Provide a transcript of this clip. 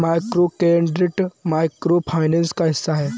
microcredit micro finance का हिस्सा है